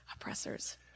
oppressors